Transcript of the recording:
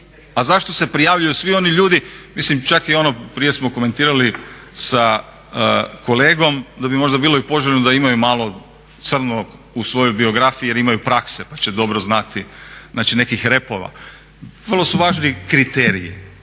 A zašto se prijavljuju svi oni ljudi, mislim čak i ono prije smo komentirali sa kolegom da bi možda bilo i poželjno da imaju malo crnog u svojoj biografiji jer imaju prakse pa će dobro znati, znači nekih repova. Vrlo su važni kriteriji